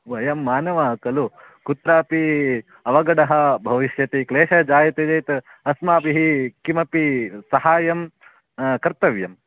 वयं मानवाः खलु कुत्रापि अवगडः भविष्यति क्लेशः जायते चेत् अस्माभिः किमपि साहाय्यं कर्तव्यं